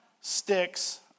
sticks